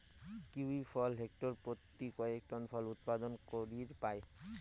kiwi ফল hectare পত্যি কয়েক টন ফল উৎপাদন করির পায়